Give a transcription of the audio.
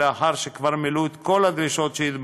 בעלי עסקים רבים התלוננו כי לאחר שכבר מילאו את כל הדרישות שהתבקשו,